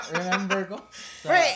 remember